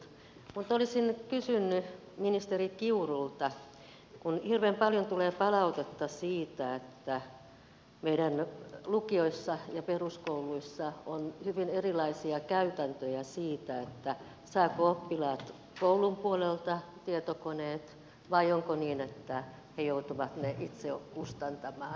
mutta olisin kysynyt ministeri kiurulta siitä kun hirveän paljon tulee palautetta siitä että meidän lukioissa ja peruskouluissa on hyvin erilaisia käytäntöjä siinä saavatko oppilaat koulun puolelta tietokoneet vai onko niin että he joutuvat ne itse kustantamaan